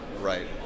Right